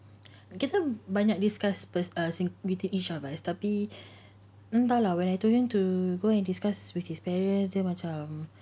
kita banyak discuss spec~ within each other its tapi entah lah when I told him to go and discuss with his parents then macam